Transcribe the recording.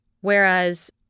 Whereas